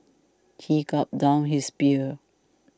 he gulped down his beer